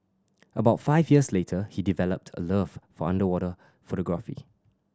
about five years later he developed a love for underwater photography